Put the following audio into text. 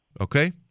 Okay